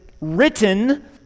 written